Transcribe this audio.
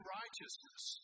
righteousness